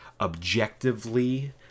objectively